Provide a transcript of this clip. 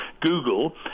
google